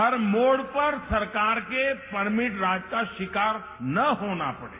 हर मोड़ पर सरकार के परमिट राज का शिकार न होना पड़े